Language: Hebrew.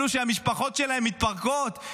אלו שהמשפחות שלהם מתפרקות,